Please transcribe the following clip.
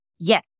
Yes